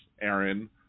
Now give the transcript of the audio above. Aaron